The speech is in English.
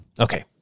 Okay